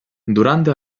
durante